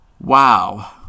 Wow